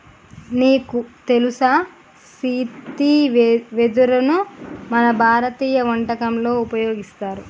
నీకు తెలుసా సీతి వెదరును మన భారతీయ వంటకంలో ఉపయోగిస్తారు